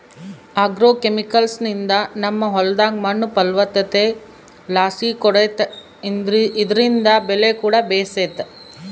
ಆಗ್ರೋಕೆಮಿಕಲ್ಸ್ನಿಂದ ನಮ್ಮ ಹೊಲದಾಗ ಮಣ್ಣು ಫಲವತ್ತತೆಲಾಸಿ ಕೂಡೆತೆ ಇದ್ರಿಂದ ಬೆಲೆಕೂಡ ಬೇಸೆತೆ